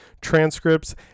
transcripts